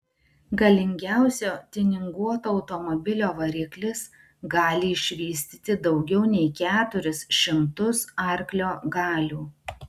galingiausio tiuninguoto automobilio variklis gali išvystyti daugiau nei keturis šimtus arklio galių